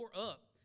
up